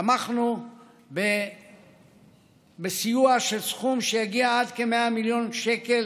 תמכנו בסיוע בסכום שיגיע עד כ-100 מיליון שקל